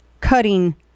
cutting